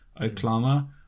Oklahoma